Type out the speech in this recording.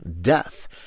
death